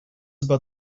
about